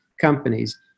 companies